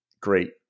great